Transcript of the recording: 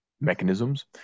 mechanisms